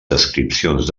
descripcions